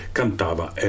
cantava